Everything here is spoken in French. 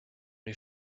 les